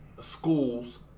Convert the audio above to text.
schools